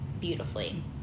beautifully